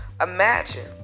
imagine